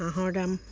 হাঁহৰ দাম